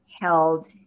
held